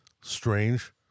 strange